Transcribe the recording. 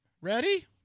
Ready